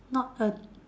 not a